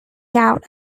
out